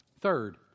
Third